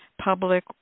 public